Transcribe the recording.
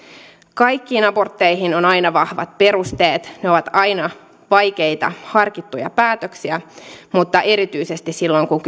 kaikkiin abortteihin on aina vahvat perusteet ne ovat aina vaikeita harkittuja päätöksiä mutta erityisesti silloin kun